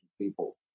people